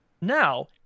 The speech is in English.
Now